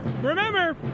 Remember